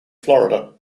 florida